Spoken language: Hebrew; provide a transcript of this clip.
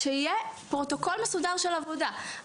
שיהיה פרוטוקול מסודר של עבודה.